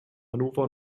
hannover